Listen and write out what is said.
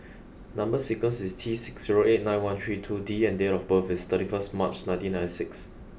number sequence is T six zero eight nine one three two D and date of birth is thirty first March nineteen ninety six